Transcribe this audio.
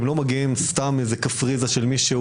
הם לא מגיעים סתם מקפריזה של מישהו,